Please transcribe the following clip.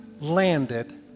landed